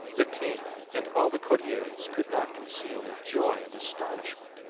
the king and all the courtiers could not conceal their joy and astonishment,